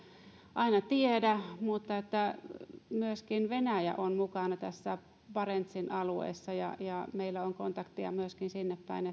aina tiedä myöskin venäjä on mukana barentsin alueessa ja ja meillä on kontakteja myöskin sinnepäin